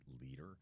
leader